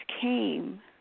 came